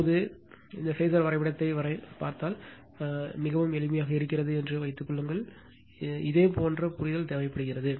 இப்போது இதேபோல் இந்த பேஸர் வரைபடத்தைப் பார்த்தால் மிகவும் எளிமையானது இருக்கிறது என்று வைத்துக் கொள்ளுங்கள் இதேபோன்ற புரிதல் தேவைப்படுகிறது